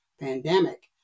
pandemic